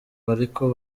bariko